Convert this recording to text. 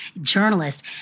journalist